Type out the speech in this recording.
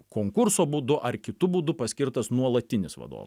konkurso būdu ar kitu būdu paskirtas nuolatinis vadovas